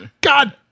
god